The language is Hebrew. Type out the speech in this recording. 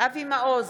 אבי מעוז,